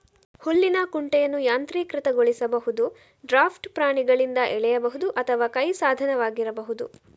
ಹುಲ್ಲಿನ ಕುಂಟೆಯನ್ನು ಯಾಂತ್ರೀಕೃತಗೊಳಿಸಬಹುದು, ಡ್ರಾಫ್ಟ್ ಪ್ರಾಣಿಗಳಿಂದ ಎಳೆಯಬಹುದು ಅಥವಾ ಕೈ ಸಾಧನವಾಗಿರಬಹುದು